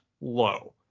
low